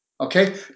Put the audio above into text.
okay